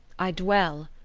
i dwell,